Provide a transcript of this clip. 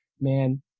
man